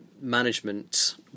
management